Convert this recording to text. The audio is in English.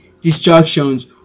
distractions